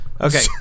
Okay